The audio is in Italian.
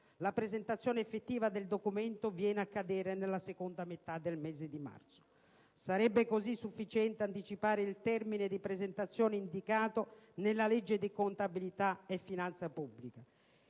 la presentazione effettiva del documento viene a cadere nella seconda metà del mese di marzo. Sarebbe così sufficiente anticipare il termine di presentazione indicato nella legge di contabilità e finanza pubblica.